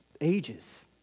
Ages